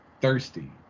thirsty